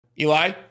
Eli